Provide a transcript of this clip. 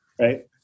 right